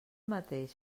mateix